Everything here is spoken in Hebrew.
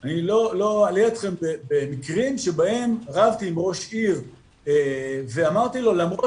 אני לא אלאה אתכם במקרים שבהם רבתי עם ראש עיר ואמרתי לו 'למרות